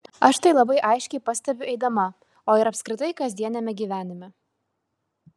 aš tai labai aiškiai pastebiu eidama o ir apskritai kasdieniame gyvenime